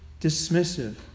dismissive